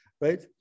right